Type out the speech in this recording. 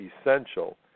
essential